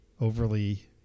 overly